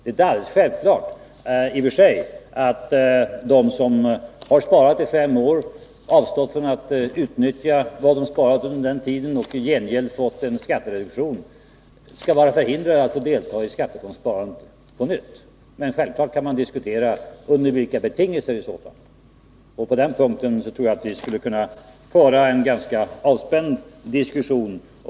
Det är inte alldeles självklart att de som har sparat i fem år, avstått från att utnyttja vad de sparat under den tiden och i gengäld fått en skattereduktion skall vara förhindrade att delta i skattefondssparandet på nytt. Men självfallet kan man diskutera under vilka betingelser detta skall ske i så fall. På den punkten tror jag att vi skulle kunna föra en ganska avspänd diskussion.